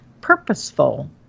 purposeful